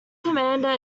commander